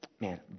Man